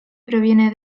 proviene